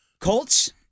Colts